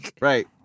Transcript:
Right